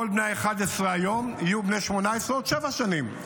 כל בני ה-11 היום יהיו בני 18 בעוד שבע שנים.